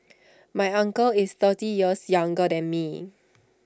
my uncle is thirty years younger than me